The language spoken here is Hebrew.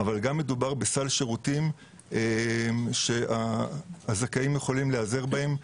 אבל גם מדובר בסל שירותים שהזכאים יכולים להיעזר בהם,